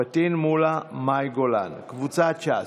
פטין מולא ומאי גולן, קבוצת סיעת ש"ס,